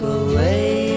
away